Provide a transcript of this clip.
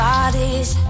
Bodies